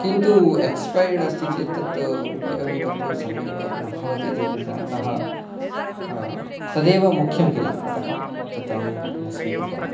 किन्तु एक्सपायर्ड् अस्ति चेत् तत् उपयोगं कर्तुं सम्यक् न भवति इति अतः तदेव मुख्यं किल अतः तत् अहं न स्वीकृतवान्